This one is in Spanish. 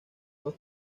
los